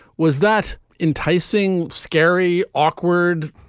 was that enticing scary awkward.